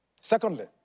secondly